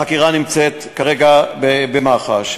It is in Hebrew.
החקירה נמצאת כרגע במח"ש.